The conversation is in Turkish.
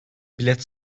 bilet